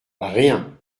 rien